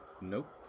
Nope